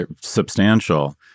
substantial